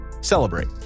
celebrate